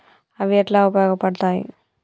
అవి ఎట్లా ఉపయోగ పడతాయి?